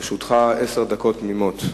לרשותך עשר דקות תמימות.